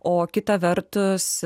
o kita vertus